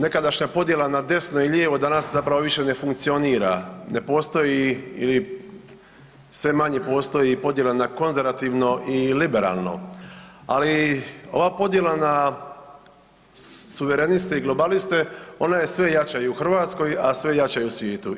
Nekadašnja podjela na desno i lijevo danas zapravo više ne funkcionira, ne postoji ili sve manje postoji na konzervativno i liberalno, ali ova podjela na suvereniste i globaliste ona je sve jača i u Hrvatskoj, a sve jača i u svijetu.